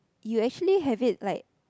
you actually have it like